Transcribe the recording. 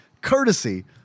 courtesy